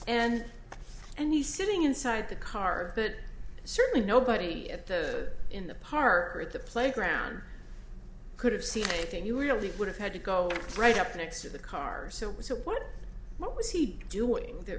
and and he's sitting inside the car but certainly nobody at the in the park or at the playground could have seen anything you really would have had to go right up next to the car so what what was he doing th